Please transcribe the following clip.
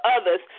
others